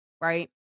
right